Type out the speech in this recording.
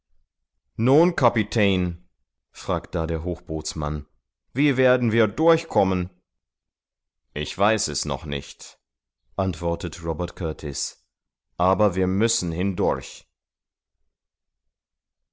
nun kapitän fragt da der hochbootsmann wie werden wir durchkommen ich weiß es noch nicht antwortet robert kurtis aber wir müssen hindurch